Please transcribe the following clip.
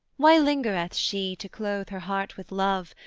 why lingereth she to clothe her heart with love,